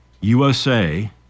USA